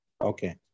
Okay